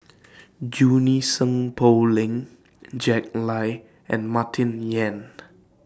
Junie Sng Poh Leng Jack Lai and Martin Yan